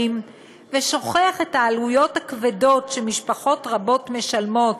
ושוכח את העלויות הכבדות שמשפחות רבות משלמות